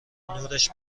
نورش